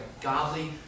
godly